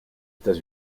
états